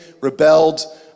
rebelled